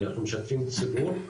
אנחנו משתפים ציבור.